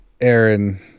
Aaron